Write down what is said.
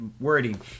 wording